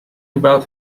about